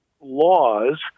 laws